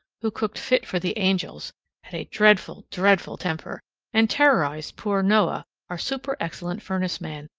who cooked fit for the angels had a dreadful, dreadful temper and terrorized poor noah, our super-excellent furnace man,